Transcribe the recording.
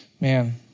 Man